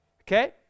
Okay